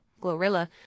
Glorilla